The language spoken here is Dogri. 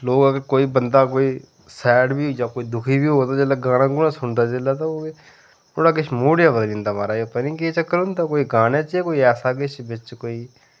लोग अगर कोई बंदा कोई सैड बी होई जा कोई दुखी बी होऐ ते जिसलै गाना गूना सुनदा जिसलै ते ओह् ओह्दा किश मूड जेहा बदली जंदा महाराज पता नी केह् चक्कर होंदा कोई गाने च कोई ऐसा किश बिच्च कोई